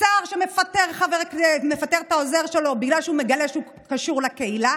שר שמפטר את העוזר שלו בגלל שהוא מגלה שהוא קשור לקהילה,